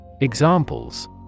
Examples